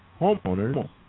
homeowners